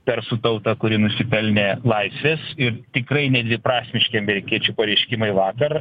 persų tautą kuri nusipelnė laisvės ir tikrai nedviprasmiški amerikiečių pareiškimai vakar